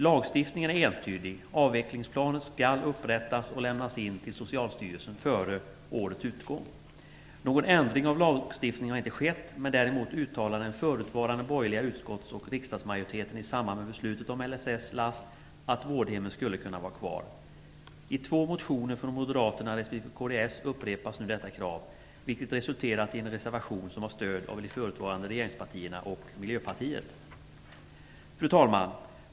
Lagstiftningen är entydig: avvecklingsplaner skall upprättas och lämnas in till Socialstyrelsen före årets utgång. Någon ändring av lagstiftningen har inte skett, men däremot uttalade den förutvarande borgerliga utskotts och riksdagsmajoriteten i samband med beslutet om LSS/LASS att vårdhemmen skulle kunna vara kvar. I två motioner från Moderaterna respektive kds upprepas nu detta krav, vilket resulterat i en reservation som har stöd av de förutvarande regeringspartierna och Miljöpartiet. Fru talman!